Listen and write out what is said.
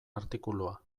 artikulua